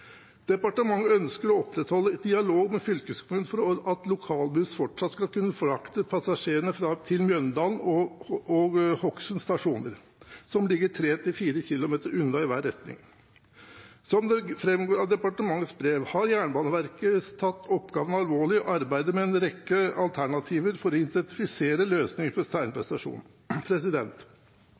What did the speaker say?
Departementet ønsker også å opprette dialog med fylkeskommunen for at lokalbuss fortsatt skal kunne frakte passasjerene til Mjøndalen og Hokksund stasjoner som ligger 3–4 km unna i hver retning. Som det framgår av departementets brev, har Jernbaneverket tatt oppgaven alvorlig og arbeidet med en rekke alternativer for å identifisere løsninger